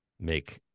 make